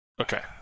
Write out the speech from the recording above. Okay